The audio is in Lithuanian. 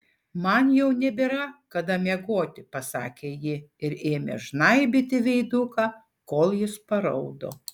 man jau nebėra kada miegoti pasakė ji ir ėmė žnaibyti veiduką kol jis paraudo